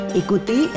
ikuti